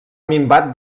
minvat